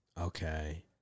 Okay